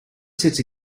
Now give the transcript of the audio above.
sits